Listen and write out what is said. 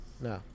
no